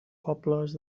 pobles